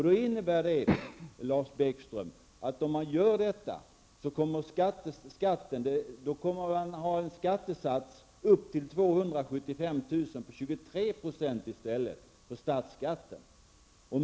Då innebär det, Lars Bäckström, att om man gör detta kommer vi att ha en skattesats när det gäller statsskatten på 23 % upp till 275 000 kr. i stället.